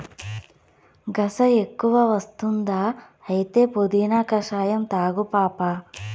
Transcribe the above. గస ఎక్కువ వస్తుందా అయితే పుదీనా కషాయం తాగు పాపా